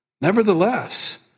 Nevertheless